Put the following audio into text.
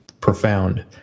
profound